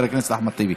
חבר הכנסת אחמד טיבי,